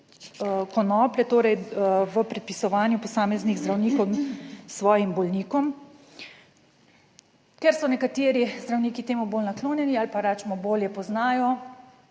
torej v predpisovanju posameznih zdravnikov svojim bolnikom. Ker so nekateri zdravniki temu bolj naklonjeni ali pa recimo bolje poznajo,